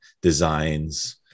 designs